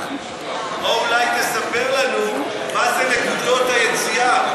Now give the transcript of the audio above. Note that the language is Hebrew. או אולי תספר לנו מה זה נקודות היציאה.